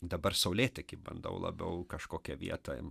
dabar saulėteky bandau labiau kažkokią vietą